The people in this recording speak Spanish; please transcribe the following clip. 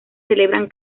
celebran